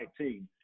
2019